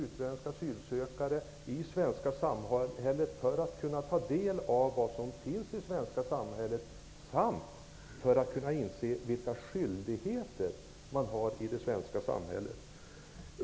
Kunskaperna i svenska räcker inte för att de skall kunna ta del av information om det svenska samhället och inse vilka skyldigheter de har i det svenska samhället.